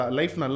life